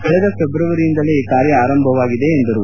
ಕಳೆದ ಫೆಬ್ರವರಿಯಿಂದಲೇ ಈ ಕಾರ್ಯ ಆರಂಭವಾಗಿದೆ ಎಂದರು